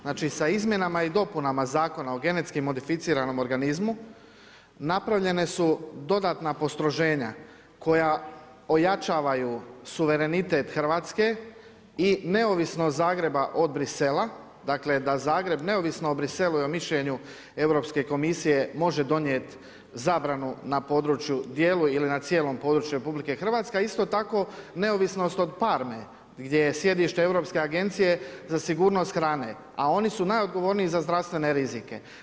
Znači, sa Izmjenama i dopunama Zakona o GMO napravljena su dodatna postroženja koja ojačavaju suverenitet RH i neovisnost Zagreba od Brisela, dakle da Zagreb neovisno o Briselu i o mišljenju Europske komisije može donijeti zabranu na području, dijelu ili na cijelom području RH, a isto tako neovisnos od Parme gdje je sjedište Europske agencije za sigurnost hrane, a oni su najoodgovorniji za zdravstvene rizike.